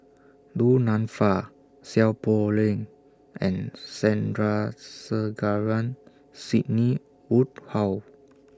Du Nanfa Seow Poh Leng and Sandrasegaran Sidney Woodhull